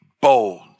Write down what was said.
bold